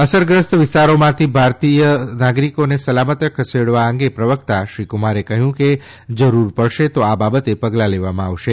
સંકટગ્રસ્ત વિસ્તારોમાંથી ભારતીય નાગરીકોને સલામત ખસેડવા અંગે પ્રવક્તા શ્રી કુમારે કહ્યું કે જરૂર પડશે તો આ બાબતે પગલાં લેવામાં આવશે